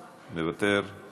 מוותר,